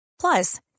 Plus